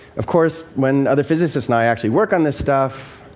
of course, when other physicists and i actually work on this stuff,